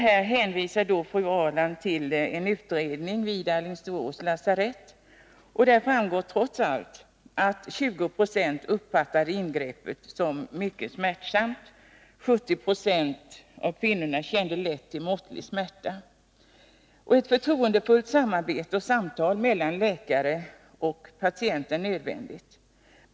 Här hänvisar fru Ahrland till en utredning vid Alingsås lasarett. Av denna framgår trots allt att 20 96 uppfattar ingreppet som mycket smärtsamt, och 70 96 av kvinnorna kände lätt till måttlig smärta. Ett förtroendefullt samarbete och samtal mellan läkare och patient är nödvändigt.